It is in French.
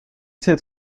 sept